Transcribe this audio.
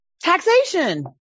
Taxation